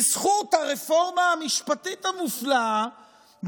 בזכות הרפורמה המשפטית המופלאה,